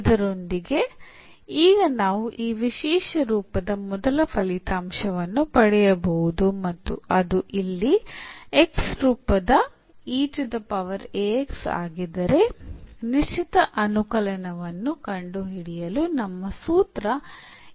ಇದರೊಂದಿಗೆ ಈಗ ನಾವು ಈ ವಿಶೇಷ ರೂಪದ ಮೊದಲ ಫಲಿತಾಂಶವನ್ನು ಪಡೆಯಬಹುದು ಮತ್ತು ಅದು ಇಲ್ಲಿ X ರೂಪದ ಆಗಿದ್ದರೆ ನಿಶ್ಚಿತ ಅನುಕಲನವನ್ನು ಕಂಡುಹಿಡಿಯಲು ನಮ್ಮ ಸೂತ್ರ ಯಾವುದು